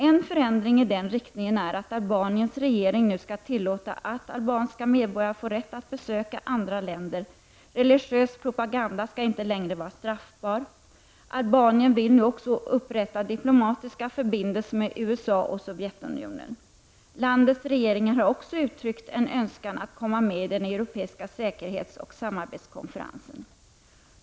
En förändring i den riktningen är att Albaniens regering nu skall tillåta att albanska medborgare får rätt att besöka andra länder. Religiös propaganda skall inte längre vara straffbar. Albanien vill nu också upprätta diplomatiska förbindelser med USA och Sovjetunionen. Landets regering har också uttryckt en önskan att komma med i den europeiska säkerhetsoch samarbetskonferensen.